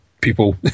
people